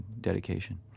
dedication